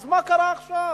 אז מה קרה עכשיו?